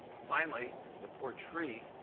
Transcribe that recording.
finally, the poor tree,